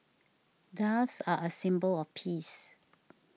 doves are a symbol of peace